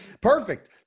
Perfect